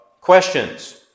questions